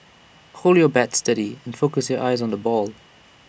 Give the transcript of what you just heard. hold your bat steady and focus your eyes on the ball